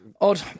odd